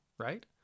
right